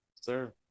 sir